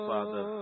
Father